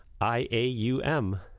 IAUM